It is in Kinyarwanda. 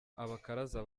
abakaraza